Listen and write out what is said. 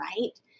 right